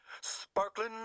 Sparkling